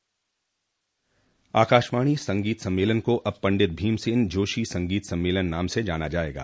आकाशवाणी संगीत सम्मेलन को अब पंडित भीमसेन जोशी संगीत सम्मेलन नाम से जाना जाएगा